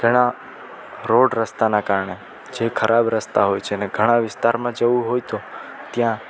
ઘણા રોડ રસ્તાના કારણે જે ખરાબ રસ્તા હોય છે અને ઘણા વિસ્તારમાં જવું હોય તો ત્યાં